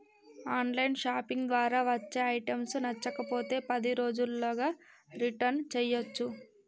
on line shopping ద్వారా వచ్చే items నచ్చకపోతే పది రోజుల్లోగా రిటర్న్ చేయ్యచ్చు